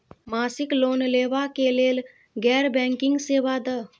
मासिक लोन लैवा कै लैल गैर बैंकिंग सेवा द?